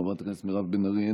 חברת הכנסת מירב בן ארי,